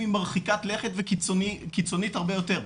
היא מרחיקת לכת וקיצונית הרבה יותר,